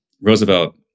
Roosevelt